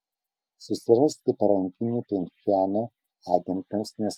susirasti parankinių pchenjano agentams nesunku